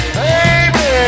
baby